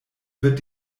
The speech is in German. wird